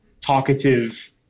talkative